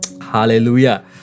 Hallelujah